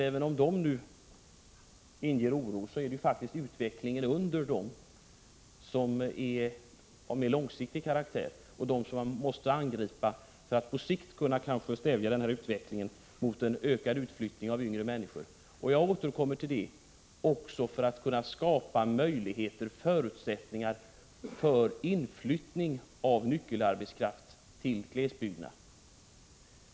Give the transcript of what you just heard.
Även om de inger oro är det faktiskt utvecklingen under dem som är av mer långsiktig karaktär och som vi måste angripa, för att på sikt kanske kunna stävja utvecklingen mot ökad utflyttning av yngre människor och — jag återkommer till det — också för att kunna skapa möjligheter och förutsättningar för inflyttning av nyckelarbetskraft till glesbygderna.